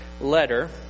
letter